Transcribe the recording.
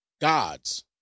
gods